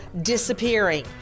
disappearing